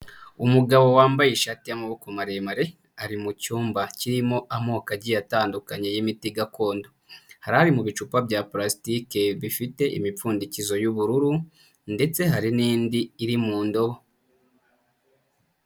Umugabo wambaye ishati y'amaboko maremare, ari mu cyumba kirimo amoko agiye atandukanye y'imiti gakondo, hari ari mu bicupa bya parastiki bifite imipfundikizo y'ubururu ndetse hari n'indi iri mu ndobo.